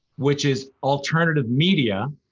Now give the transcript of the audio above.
which is alternative media.